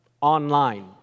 online